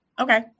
Okay